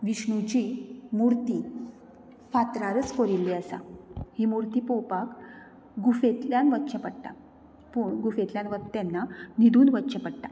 विष्णुची मुर्ती फातरारच कोरिल्ली आसा ही मुर्ती पळोवपाक गुफेंतल्यान वच्चें पडटा पूण गुफेंतल्यान वत तेन्ना न्हिदून वच्चें पडटा